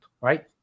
right